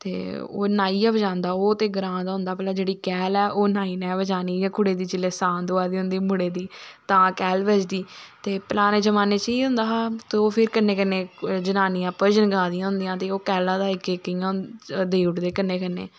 ते ओह् नाई गै बंजादा ओह् ते ग्रां दा गै होंदा जेहड़ी कैहल ऐ ओह् नाई ने गै बजानी कुड़ी दी जिसलै सां़त होआ दी होंदी मुडे दी तां कैहल बजदी ते पराने जमाने च इयै होंदा हा तो ओह् फिर कन्नै कन्नै जनानियां भजन गांदियां होंदी ते ओह् कैहला दा इक इक इयां देई ओड़दे कन्नै कन्नै